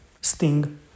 Sting